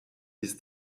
bis